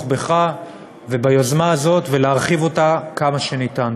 בך וביוזמה הזאת ולהרחיב אותה כמה שניתן.